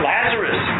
Lazarus